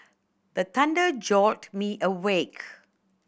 the thunder jolt me awake